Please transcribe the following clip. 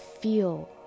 Feel